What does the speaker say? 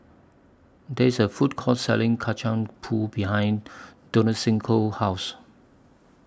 There IS A Food Court Selling Kacang Pool behind Donaciano's House